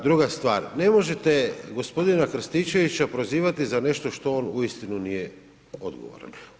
Druga stvar, ne možete g. Krstičevića prozivati za nešto što on uistinu nije odgovoran.